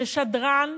ששדרן,